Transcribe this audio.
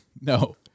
No